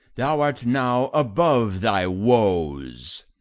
thou art now above thy woes!